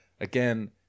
Again